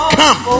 come